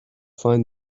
find